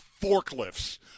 forklifts